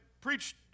preached